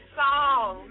song